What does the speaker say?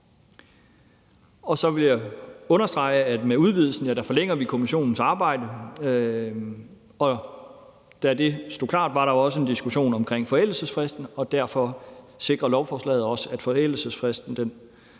Så vil jeg også understrege, at vi med udvidelsen forlænger kommissionens arbejde, og der var, da det stod klart, også en diskussion omkring forældelsesfristen, og derfor sikrer lovforslaget også, at forældelsesfristen